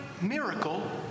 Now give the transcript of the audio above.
miracle